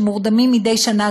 שמורדמים מדי שנה,